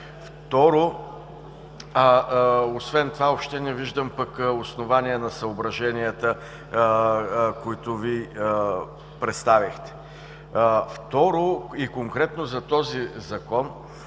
Второ, освен това въобще не виждам основание на съображенията, които Вие представихте. Второ, и конкретно за този Закон,